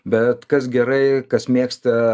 bet kas gerai kas mėgsta